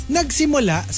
nagsimula